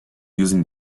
using